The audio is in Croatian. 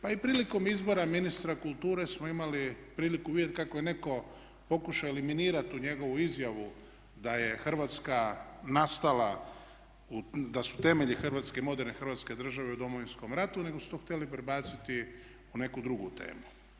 Pa i prilikom izbora ministra kulture smo imali priliku vidjeti kako je netko pokušao eliminirati tu njegovu izjavu da je Hrvatska nastala, da su temelji moderne Hrvatske države u Domovinskom ratu nego su to htjeli prebaciti u neku drugu temu.